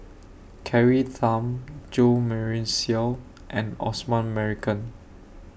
Carrie Tham Jo Marion Seow and Osman Merican